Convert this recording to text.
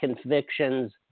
convictions